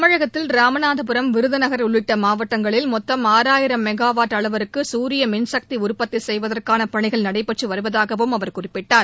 தமிழகத்தில் ராமநாதபுரம் விருதுநகர் உள்ளிட்ட மாவட்டங்களில் மொத்தம் ஆறாயிரம் மெகாவாட் அளவிற்கு சூரிய மின்சக்தி உற்பத்தி செய்வதற்கான பணிகள் நடைபெற்று வருவதாகவும் அவர் குறிப்பிட்டார்